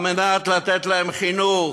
כדי לתת להם חינוך,